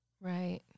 Right